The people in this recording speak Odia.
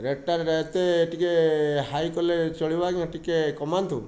ରେଟ୍ଟା ଏତେ ଟିକେ ହାଇ କଲେ ଚଳିବ ଆଜ୍ଞା ଟିକେ କମାନ୍ତୁ